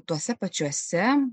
tuose pačiuose